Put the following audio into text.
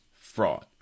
fraud